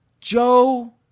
Joe